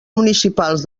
municipals